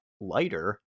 lighter